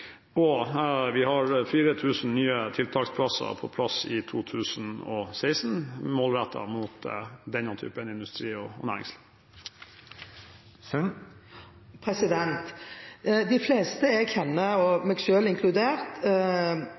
og vi har 4 000 nye tiltaksplasser på plass i 2016, målrettet mot denne typen industri og næringsliv. De fleste jeg kjenner, meg selv inkludert,